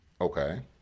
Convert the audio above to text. Okay